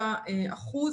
בוקר טוב לכולם.